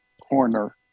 corner